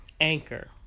Anchor